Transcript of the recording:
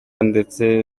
ndetse